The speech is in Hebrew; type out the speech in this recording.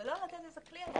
אבל לא לתת את הכלי הזה.